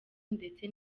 ndetse